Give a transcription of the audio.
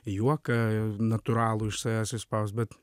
juoką natūralų iš savęs išspaust bet